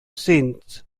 since